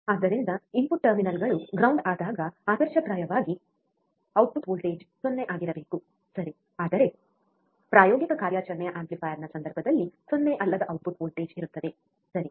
ಆದ್ದರಿಂದ ಇನ್ಪುಟ್ ಟರ್ಮಿನಲ್ಗಳು ಗ್ರೌಂಡ್ ಆದಾಗ ಆದರ್ಶಪ್ರಾಯವಾಗಿ ಔಟ್ಪುಟ್ ವೋಲ್ಟೇಜ್ 0 ಆಗಿರಬೇಕು ಸರಿ ಆದರೆ ಪ್ರಾಯೋಗಿಕ ಕಾರ್ಯಾಚರಣೆಯ ಆಂಪ್ಲಿಫೈಯರ್ನ ಸಂದರ್ಭದಲ್ಲಿ 0 ಅಲ್ಲದ ಔಟ್ಪುಟ್ ವೋಲ್ಟೇಜ್ ಇರುತ್ತದೆ ಸರಿ